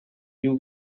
you